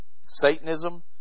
Satanism